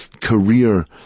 career